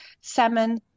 salmon